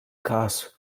każ